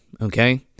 okay